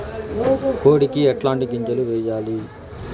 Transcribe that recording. కోడికి ఎట్లాంటి గింజలు వేయాలి?